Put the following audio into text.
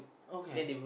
okay